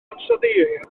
ansoddeiriau